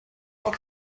auch